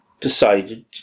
decided